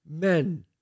men